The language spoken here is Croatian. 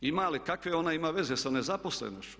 Ima li, kakve ona ima veze sa nezaposlenošću?